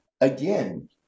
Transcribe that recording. again